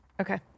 Okay